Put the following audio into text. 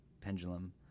pendulum